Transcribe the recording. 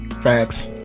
Facts